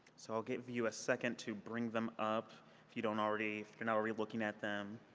so i'll give you a second to bring them up if you don't already if you're not already looking at them.